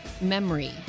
memory